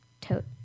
Tote